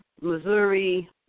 Missouri